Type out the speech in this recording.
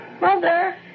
Mother